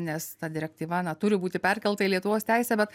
nes ta direktyva na turi būti perkelta į lietuvos teisę bet